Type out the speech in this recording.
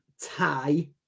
tie